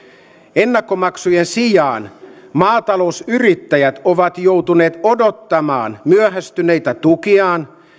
ennakkomaksujen sijaan maatalousyrittäjät ovat joutuneet odottamaan myöhästyneitä tukiaan